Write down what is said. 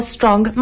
Strong